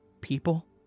People